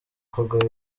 kwagura